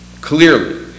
clearly